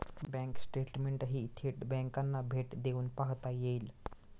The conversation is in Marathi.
बँक स्टेटमेंटही थेट बँकांना भेट देऊन पाहता येईल